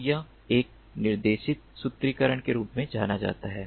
तो यह एक निर्देशित सूत्रीकरण के रूप में जाना जाता है